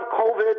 COVID